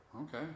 Okay